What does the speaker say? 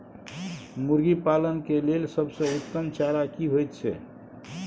मुर्गी पालन के लेल सबसे उत्तम चारा की होयत छै?